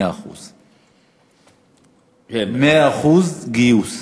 100%. 100% גיוס.